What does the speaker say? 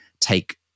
take